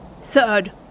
Third